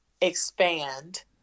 expand